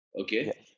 okay